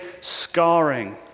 scarring